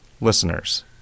listeners